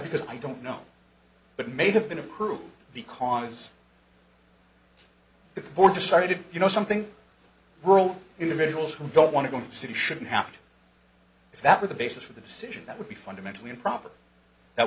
because i don't know but it may have been approved because the board decided you know something we're all individuals who don't want to go into the city shouldn't have to if that were the basis for the decision that would be fundamentally improper that